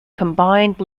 combined